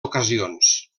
ocasions